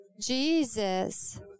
Jesus